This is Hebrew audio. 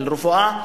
רפואה,